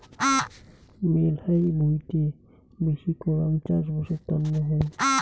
মেলহাই ভুঁইতে বেশি করাং চাষবাসের তন্ন হই